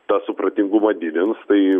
tą supratingumą didins tai